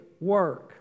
work